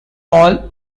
all